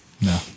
No